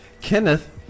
Kenneth